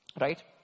Right